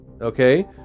okay